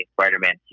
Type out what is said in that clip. spider-man